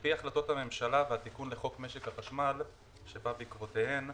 על-פי החלטות הממשלה והתיקון לחוק משק החשמל שבא בעקבותיהן,